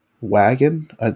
wagon